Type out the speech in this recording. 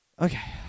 okay